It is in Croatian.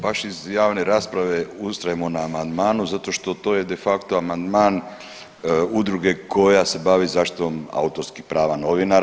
Baš iz javne rasprave ustrajemo na amandmanu zato što to je de facto amandman udruge koja se bavi zaštitom autorskih prava novinara.